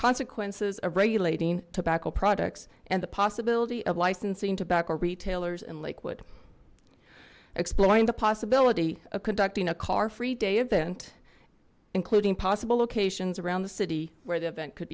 consequences of regulating tobacco products and the possibility of licensing tobacco retailers and liquid exploring the possibility of conducting a car free day event including possible locations around the city where the event could